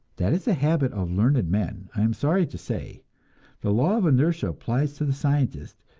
that is a habit of learned men, i am sorry to say the law of inertia applies to the scientist,